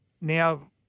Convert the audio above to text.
Now